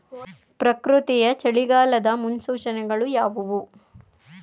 ಪ್ರಕೃತಿಯ ಚಳಿಗಾಲದ ಮುನ್ಸೂಚನೆಗಳು ಯಾವುವು?